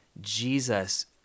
Jesus